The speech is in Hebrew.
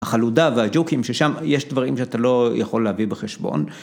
החלודה והג'וקים ששם יש דברים שאתה לא יכול להביא בחשבון.